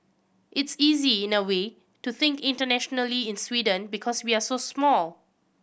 it's easy in a way to think internationally in Sweden because we're so small